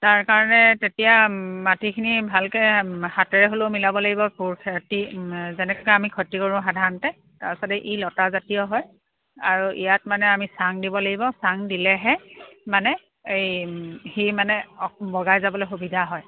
তাৰ কাৰণে তেতিয়া মাটিখিনি ভালকৈ হাতেৰে হ'লেও মিলাব লাগিব খেতি যেনেকৈ আমি খেতি কৰোঁ সাধাৰণতে তাৰপিছতে ই লতাজাতীয় হয় আৰু ইয়াত মানে আমি চাং দিব লাগিব চাং দিলেহে মানে এই সি মানে বগাই যাবলৈ সুবিধা হয়